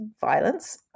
violence